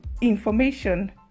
information